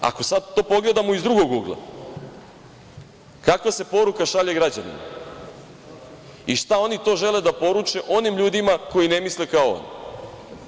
Ako sad to pogledamo iz drugog ugla, kakva se poruka šalje građanima i šta oni to žele da poruče onim ljudima koji ne misle kao oni?